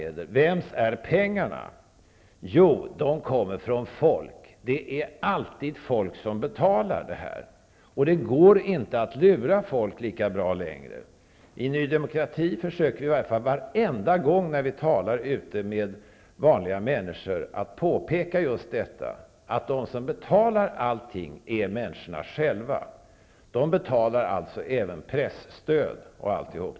Vems är pengarna? Jo, de kommer från folk. Det är alltid folk som får betala, men det går inte längre lika bra att lura folk. Varenda gång när vi i Ny demokrati är ute och talar med människor försöker vi att påpeka just detta, att de som betalar allting är just människorna själva. De betalar alltså även presstödet.